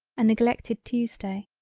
a neglected tuesday.